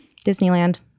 Disneyland